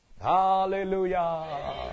Hallelujah